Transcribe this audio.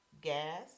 gas